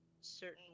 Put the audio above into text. certain